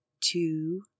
two